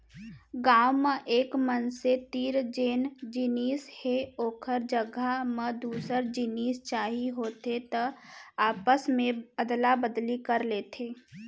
गाँव म एक मनसे तीर जेन जिनिस हे ओखर जघा म दूसर जिनिस चाही होथे त आपस मे अदला बदली कर लेथे